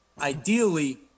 Ideally